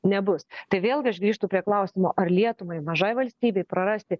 nebus tai vėlgi aš grįžtu prie klausimo ar lietuvai mažai valstybei prarasti